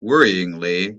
worryingly